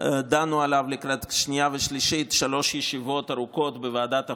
דנו לקראת קריאה שנייה ושלישית שלוש ישיבות ארוכות בוועדת החוקה,